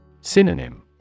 Synonym